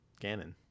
Ganon